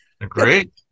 Great